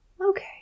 Okay